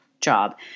job